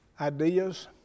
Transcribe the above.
ideas